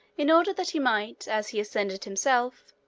in order that he might, as he ascended himself,